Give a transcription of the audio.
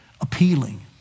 appealing